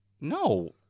No